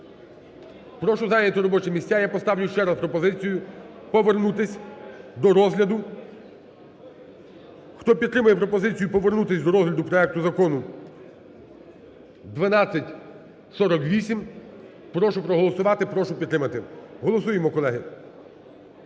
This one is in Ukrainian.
Прошу зайняти робочі місця, я поставлю ще раз пропозицію повернутися до розгляду. Хто підтримує пропозицію повернутися до розгляду проекту закону 1248, прошу проголосувати, прошу підтримати. Голосуємо, колеги,